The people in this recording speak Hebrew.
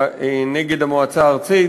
נגד המועצה הארצית,